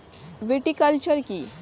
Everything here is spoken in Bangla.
ভিটিকালচার কী?